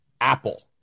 apple